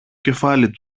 κεφάλι